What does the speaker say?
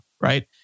Right